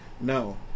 no